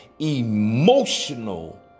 emotional